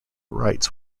rights